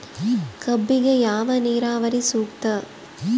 ಕಬ್ಬಿಗೆ ಯಾವ ನೇರಾವರಿ ಸೂಕ್ತ?